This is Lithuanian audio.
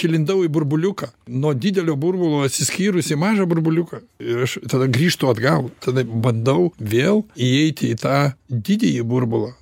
kai lindau į burbuliuką nuo didelio burbulo atsiskyrusį mažą burbuliuką ir aš tada grįžtu atgal tada bandau vėl įeiti į tą didįjį burbulą